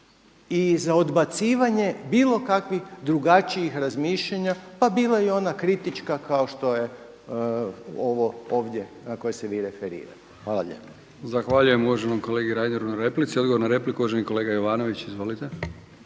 i za odbacivanje bilo kakvih drugačijih razmišljanja pa bila i ona kritička kao što je ovo ovdje na koje se vi referirate. Hvala lijepo. **Brkić, Milijan (HDZ)** Zahvaljujem uvaženom kolegi Reineru na replici. Odgovor na repliku uvaženi kolega Jovanović. Izvolite.